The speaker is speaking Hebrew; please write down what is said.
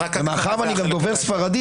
מאחר שאני גם דובר ספרדית,